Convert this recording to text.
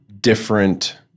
different